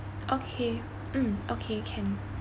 okay mm okay can